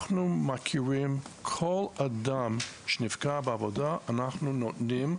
אנחנו מכירים כל אדם שנפגע בעבודה ואנחנו נותנים,